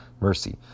Mercy